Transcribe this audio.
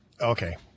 Okay